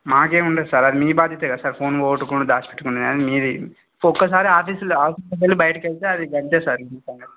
మాకేం ఉండదు సార్ అది మీ బాధ్యతే కద సార్ ఫోన్ పొగట్టుకోను దాచిపెట్టుకున్నా గానీ మీది ఒక్కసారి ఆఫీస్లో ఆఫీస్ వదిలి బైటికెళ్తే అది ఇంకంతే సార్